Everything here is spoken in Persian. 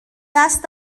دست